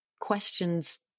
questions